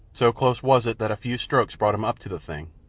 so close was it that a few strokes brought him up to the thing,